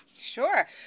Sure